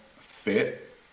fit